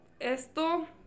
esto